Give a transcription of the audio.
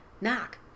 Knock